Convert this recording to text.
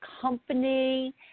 company